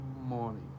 morning